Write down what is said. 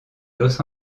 los